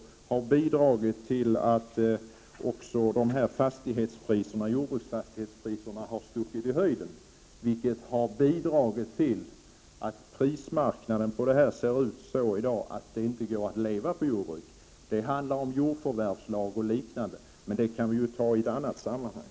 De har bidragit till att priset på jordbruksfastigheter har stuckit i höjden, vilket har bidragit till att prismarknaden i dag är sådan att det inte går att leva på jordbruket. Då kommer vi in på jordförvärvslagen och liknande; det kan vi ta upp i något annat sammanhang.